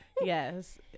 yes